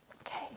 Okay